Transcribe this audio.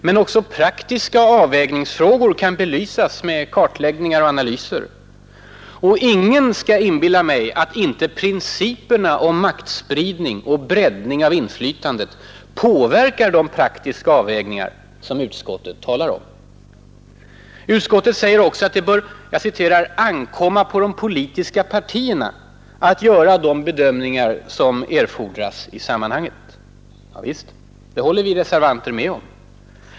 Men också praktiska avvägningsfrågor kan belysas med kartläggningar och analyser. Och ingen skall inbilla mig att inte principerna om maktspridning och breddning av inflytandet påverkar de praktiska avvägningar som utskottet talar om. Utskottet säger också att det bör ”ankomma på de politiska partierna att göra de bedömningar som erfordras i sammanhanget”. Ja visst — det håller vi reservanter med om.